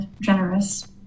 generous